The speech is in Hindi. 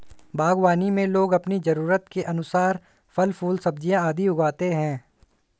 बागवानी में लोग अपनी जरूरत के अनुसार फल, फूल, सब्जियां आदि उगाते हैं